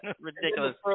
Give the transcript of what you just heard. Ridiculous